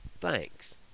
Thanks